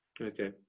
Okay